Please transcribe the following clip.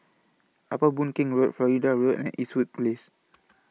Upper Boon Keng Road Florida Road and Eastwood Place